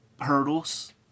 hurdles